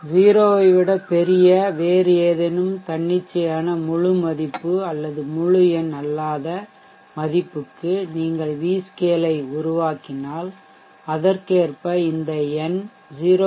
0 ஐ விட பெரிய வேறு ஏதேனும் தன்னிச்சையான முழு மதிப்பு அல்லது முழு எண் அல்லாத மதிப்புக்கு நீங்கள் v scale ஐ உருவாக்கினால் அதற்கேற்ப இந்த எண் 0